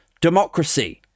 democracy